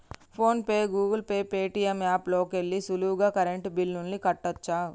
phone pay, Google Pay, Paytm app లోకెల్లి సులువుగా current బిల్లుల్ని కట్టచ్చు